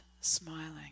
smiling